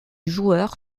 joueur